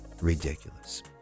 ridiculous